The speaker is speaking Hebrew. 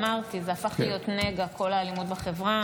אמרתי, זה הפך להיות נגע, כל האלימות בחברה.